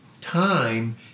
Time